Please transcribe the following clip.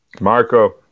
Marco